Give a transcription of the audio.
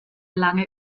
lange